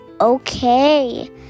okay